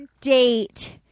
date